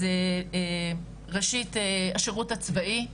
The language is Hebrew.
אז ראשית, השירות הצבאי.